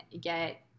get